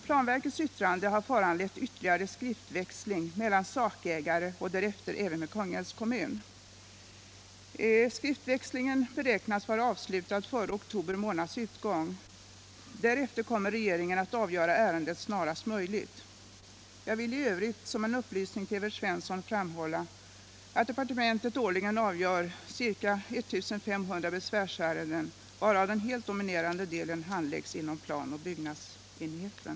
Planverkets yttrande har föranlett ytterligare skriftväxling med sakägare och därefter även med Kungälvs kommun. Skriftväxlingen beräknas vara avslutad före oktober månads utgång. Därefter kommer regeringen att avgöra ärendet snarast möjligt. Jag vill i övrigt, som en upplysning till Evert Svensson, framhålla att departementet årligen avgör ca 1 500 besvärsärenden, av vilka den helt dominerande delen handläggs inom planoch byggnadsenheten.